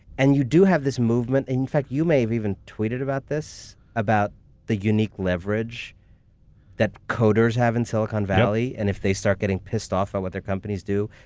and you do have this movement, and in fact, you may have even tweeted about this, about the unique leverage that coders have in silicon valley, and if they start getting pissed off by what their companies do,